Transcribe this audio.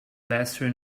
lesser